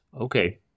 okay